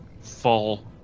fall